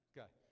Okay